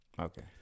Okay